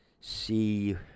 See